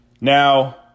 Now